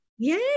Yay